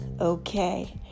Okay